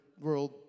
world